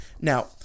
Now